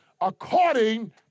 according